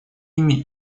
ими